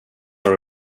are